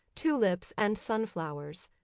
tulips, and sunflowers.